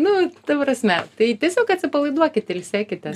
nu ta prasme tai tiesiog atsipalaiduokit ilsėkitės